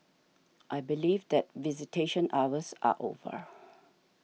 I believe that visitation hours are over